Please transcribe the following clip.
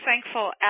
thankful